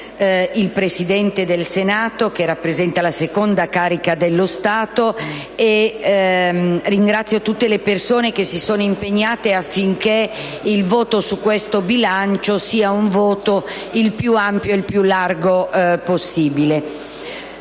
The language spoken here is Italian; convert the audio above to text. il Presidente del Senato, che rappresenta la seconda carica dello Stato, e tutte le persone che si sono impegnate affinché il voto su questo bilancio fosse il più ampio e condiviso possibile.